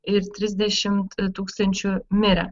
ir trisdešimt tūkstančių mirę